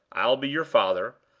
i'll be your father.